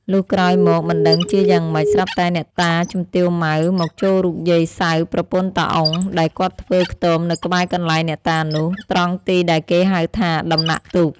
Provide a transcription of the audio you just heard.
លុះក្រោយមកមិនដឹងជាយ៉ាងម៉េច ស្រាប់តែអ្នកតាជំទាវ ម៉ៅ មកចូលរូបយាយ សៅរ៍ ប្រពន្ធ តា អ៊ុង ដែលគាត់ធ្វើខ្ទមនៅក្បែរកន្លែងអ្នកតានោះ ត្រង់ទីដែលគេហៅថា "ដំណាក់ទូក" ។